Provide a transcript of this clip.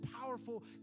powerful